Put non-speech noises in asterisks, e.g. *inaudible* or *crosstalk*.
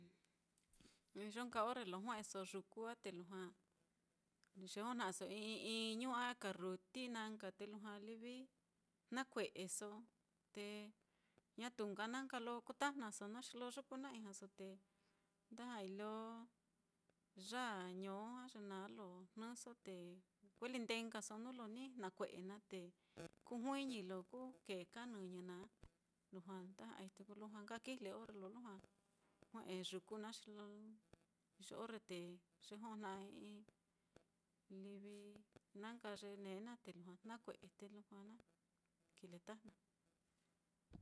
*noise* iyon ka orre lo jue'e nkaso yuku á, te lujua yejojna'aso i'i iñu a karruti na nka te lujua livi jnakue'eso, te ñatu nka na nka lo kutajnaso naá, xi lo yuku na ijñaso te nda ja'ai lo yaa ño á, ye naá lo jnɨso te kuejlindee nkaso nuu lo ni jnakue'e naá, te kujuiñi lo kú kee ka nɨñɨ naá, *noise* lujua nda ja'ai te ko lujua nka kijle orre lo lujua jue'e yuku naá, xi lo iyo orre te yejojna'a i'i livi na nka ye nēē naá te lujua jnakue'e te lujua na kiletajna.